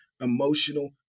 emotional